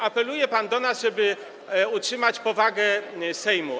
Apeluje pan do nas, żeby utrzymać powagę Sejmu.